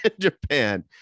japan